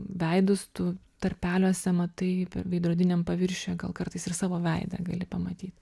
veidus tu tarpeliuose matai p veidrodiniam paviršiuje gal kartais ir savo veidą gali pamatyt